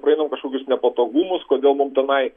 praeinam kažkokius nepatogumus kodėl mum tenai